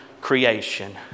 creation